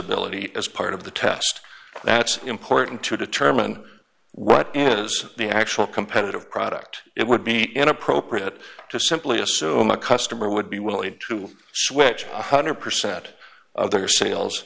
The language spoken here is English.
ability as part of the test that's important to determine what is the actual competitive product it would be inappropriate to simply assume a customer would be willing to switch one hundred percent of their sales